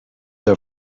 are